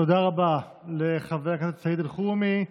תודה רבה לחבר הכנסת סעיד אלחרומי,